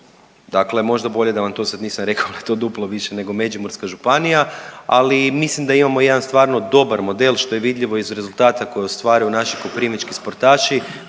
Dakle, možda bolje da vam to sad nisam rekao kad je to duplo više nego Međimurska županija, ali mislim da imamo jedan stvarno dobar model što je vidljivo iz rezultata koje ostvaruju naši koprivnički sportaši